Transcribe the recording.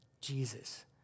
Jesus